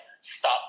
stop